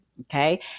okay